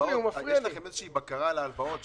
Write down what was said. אבל יש לכם איזושהי בקרה על הלוואות?